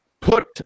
put